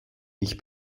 nicht